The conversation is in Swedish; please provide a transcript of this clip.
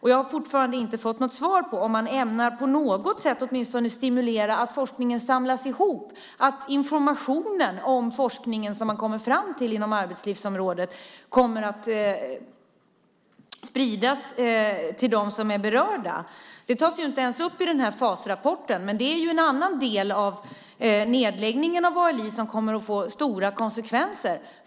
Jag har fortfarande inte fått något svar på om man på något sätt ämnar stimulera att forskningen samlas ihop, att informationen om vad forskningen kommer fram till inom arbetslivsområdet kommer att spridas till dem som är berörda. Det tas inte ens upp i Fasrapporten. Men det är en annan del av nedläggningen av ALI som kommer att få stora konsekvenser.